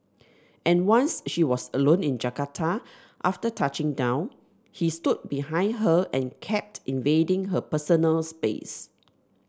and once she was alone in Jakarta after touching down he stood behind her and kept invading her personal space